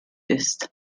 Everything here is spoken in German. ist